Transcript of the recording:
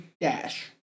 dash